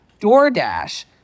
DoorDash